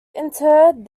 interred